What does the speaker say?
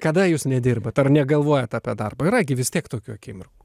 kada jūs nedirbat ar negalvojat apie darbą yra gi vis tiek tokių akimirkų